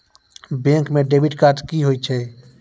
Bank म debit card की होय छै?